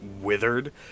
withered